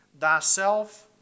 thyself